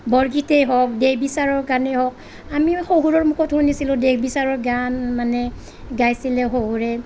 বৰগীতেই হওক দেহবিচাৰ গানেই হওক আমি শহুৰৰ মুখত শুনিছিলোঁ দেহবিচাৰৰ গান মানে গাইছিলে শহুৰে